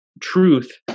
truth